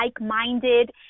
like-minded